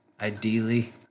Ideally